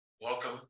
Welcome